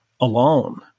alone